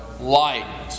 light